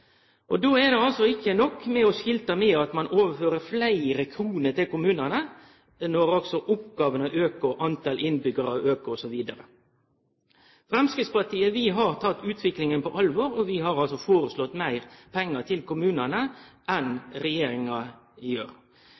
Då er det ikkje nok å skilte med at ein overfører fleire kroner til kommunane når oppgåvene aukar og talet på innbyggjarar aukar osv. Framstegspartiet har teke utviklinga på alvor, og vi har foreslått meir pengar til kommunane enn regjeringa gjer.